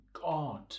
God